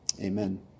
Amen